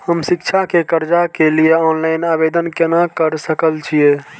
हम शिक्षा के कर्जा के लिय ऑनलाइन आवेदन केना कर सकल छियै?